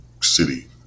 city